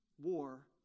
war